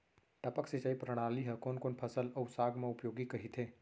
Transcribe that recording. टपक सिंचाई प्रणाली ह कोन कोन फसल अऊ साग म उपयोगी कहिथे?